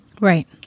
Right